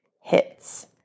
hits